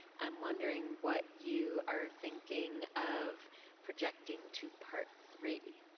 i'm wondering what you are thinking of projecting to part three